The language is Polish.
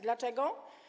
Dlaczego?